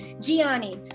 gianni